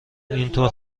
اینطور